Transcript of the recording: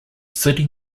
city